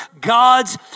God's